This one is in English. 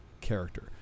character